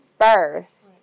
first